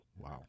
Wow